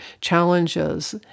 challenges